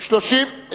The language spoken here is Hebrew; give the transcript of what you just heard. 2009,